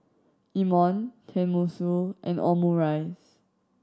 Imoni Tenmusu and Omurice